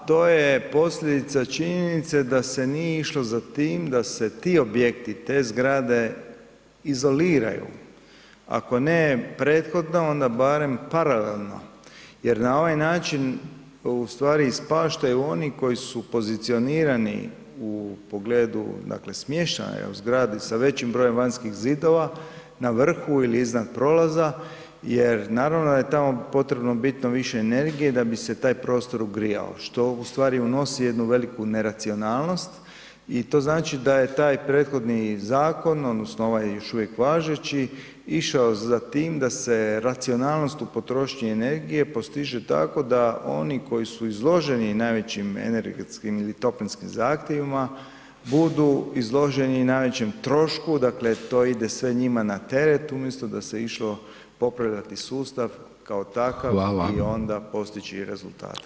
Da, to je posljedica činjenice da se nije išlo za tim da se ti objekti, te zgrade izoliraju, ako ne prethodno onda barem paralelno jer na ovaj način ustvari ispaštaju oni koji su pozicionirani u pogledu dakle smještaja u zgradi sa većim brojem vanjskih zidova na vrhu ili iznad prolaza jer naravno da je tamo potrebno bitno više energije da bi se taj prostor ugrijao što ustvari unosi jednu veliku neracionalnost i to znači da je tak prethodni zakon odnosno ovaj još uvijek važeći, išao za tim da se racionalnost u potrošnji energije postiže tako da oni koji su izloženi najvećim energetskim ili toplinskim zahtjevima, budu izloženi najvećem trošku, dakle to ide sve njima na teret umjesto da se išlo popravljati sustav kao takav i onda postići rezultate.